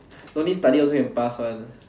don't need study also can pass one